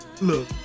look